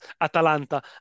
Atalanta